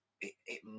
it—it